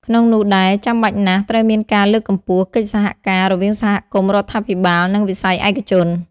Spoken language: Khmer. ក្នុងនោះដែរ ចាំបាច់ណាស់ត្រូវមានការលើកកម្ពស់ កិច្ចសហការ រវាងសហគមន៍ រដ្ឋាភិបាល និងវិស័យឯកជន។